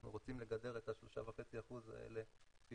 אנחנו רוצים לגדר את ה-3.5% האלה כפי